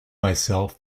myself